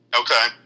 Okay